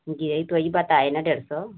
गरई तो वही बताए ना डेढ़ सौ